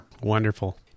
Wonderful